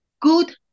good